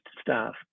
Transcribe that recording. staff